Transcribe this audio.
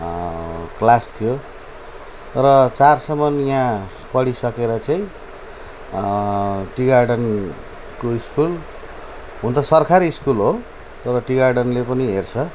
class थियो र चारसम्म यहाँ पढिसकेर चाहिँ टी गार्डनको स्कुल हुनु त सरकारी स्कुल हो तर टी गार्डनले पनि हेर्छ